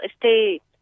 state